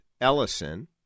Ellison